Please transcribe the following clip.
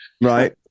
Right